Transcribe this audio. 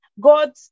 God